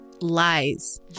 Lies